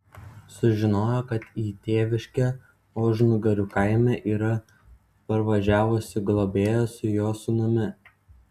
sužinojo kad į tėviškę ožnugarių kaime yra parvažiavusi globėja su jo sūnumi